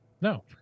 no